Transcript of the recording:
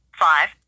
five